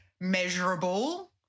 measurable